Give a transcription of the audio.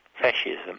fascism